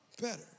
better